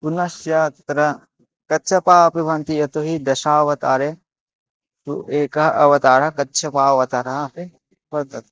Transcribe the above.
पुनश्च तत्र कच्छपाः अपि भवन्ति यतो हि दशावतारे उ एकः अवतारः कच्छपावतारः अपि वर्तते